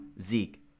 Zeke